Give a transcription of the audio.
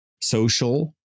social